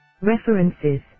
references